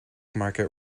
market